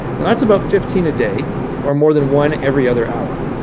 and that's about fifteen a day or more than one every other hour.